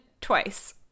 twice